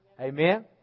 Amen